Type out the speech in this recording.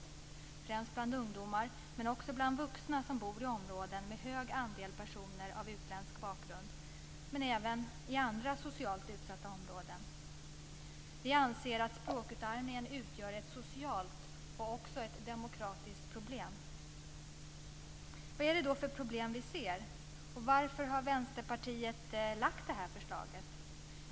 Det sker främst bland ungdomar men också bland vuxna som bor i områden med en stor andel personer av utländsk bakgrund och även i andra socialt utsatta områden. Vi anser att språkutarmningen utgör ett socialt och demokratiskt problem. Vad är det då för problem vi ser, och varför har Vänsterpartiet lagt fram det här förslaget?